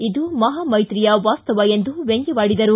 ಇದು ಮಹಾಮೈತ್ರಿಯ ವಾಸ್ತವ ಎಂದು ವ್ಯಂಗ್ಟವಾಡಿದರು